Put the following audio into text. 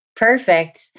Perfect